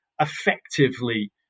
Effectively